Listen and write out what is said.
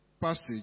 passage